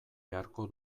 beharko